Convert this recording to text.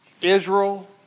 Israel